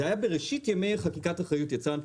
זה היה בראשית ימי חקיקת אחריות יצרן.